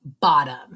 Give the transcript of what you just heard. bottom